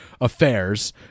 affairs